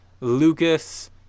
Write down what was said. Lucas